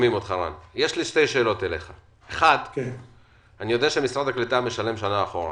אני יודע שמשרד הקליטה משלם שנה אחורה